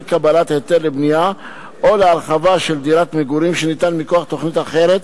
קבלת היתר לבנייה או להרחבה של דירת מגורים שניתן מכוח תוכנית אחרת